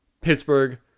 Pittsburgh